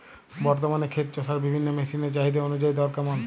বর্তমানে ক্ষেত চষার বিভিন্ন মেশিন এর চাহিদা অনুযায়ী দর কেমন?